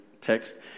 text